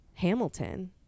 Hamilton